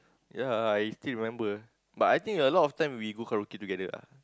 ya I still remember but I think a lot of time we go karaoke together ah